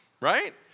right